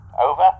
Over